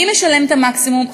מי משלם את המקסימום?